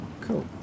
cool